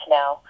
now